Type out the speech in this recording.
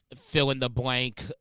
fill-in-the-blank